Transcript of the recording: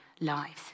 lives